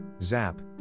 ZAP